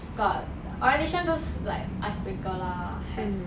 got orientation those like icebreaker lah have